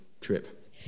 trip